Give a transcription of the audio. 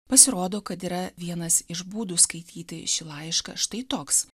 pasirodo kad yra vienas iš būdų skaityti šį laišką štai toks